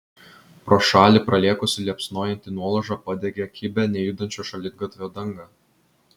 pro šalį pralėkusi liepsnojanti nuolauža padegė kibią nejudančio šaligatvio dangą